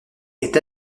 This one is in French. est